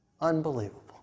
Unbelievable